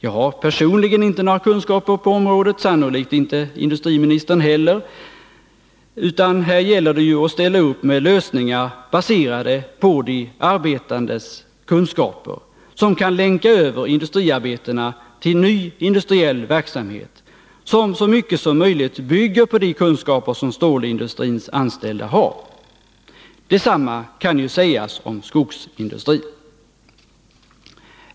Jag har personligen inte några kunskaper på området — sannolikt inte industriministern heller — utan här gäller det ju att ställa upp med lösningar baserade på de arbetandes kunskaper som kan länka över industriarbetena till ny industriell verksamhet, som så mycket som möjligt bygger på de kunskaper som stålindustrins anställda har. Detsamma kan ju sägas om skogsindustrin.